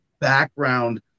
background